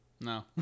No